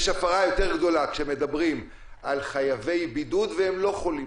יש הפרה יותר גדולה כשמדברים על חייבי בידוד שאינם חולים.